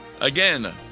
Again